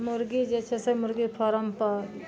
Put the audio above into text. मुर्गी जे छै से मुर्गी फार्मपर